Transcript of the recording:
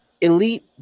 Elite